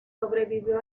sobrevivió